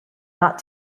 not